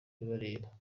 bibareba